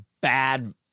bad